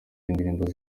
w’indirimbo